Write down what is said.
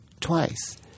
twice